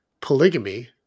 polygamy